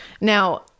Now